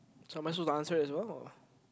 so am I supposed to answer as well or